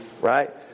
right